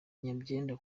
nyabyenda